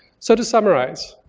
so to summarize,